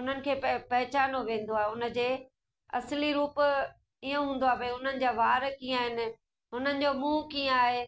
उन्हनि खे पै पहिचानो वेंदो आहे उनजे अस्ली रूप ईअं हूंदो आहे भई उन्हनि जा वार कीअं आहिनि उन्हनि जो मूंहुं कीअं आहे